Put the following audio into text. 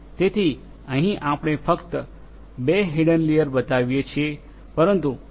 તેથી અહીં આપણે ફક્ત 2 હિડન લેયર બતાવીએ છીએ પરંતુ ડી